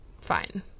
fine